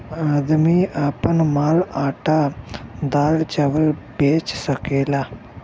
आदमी आपन माल आटा दाल चावल बेच सकेला